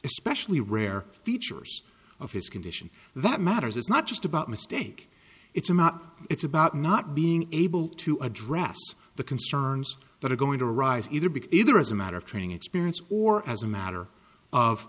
especially rare features of his condition that matters it's not just about mistake it's about it's about not being able to address the concerns that are going to arise either because either as a matter of training experience or as a matter of